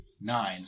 Nine